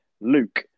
Luke